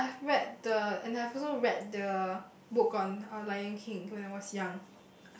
ya I've read the and I've also read the book on lion-king when I was young